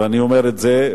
ואני אומר את זה,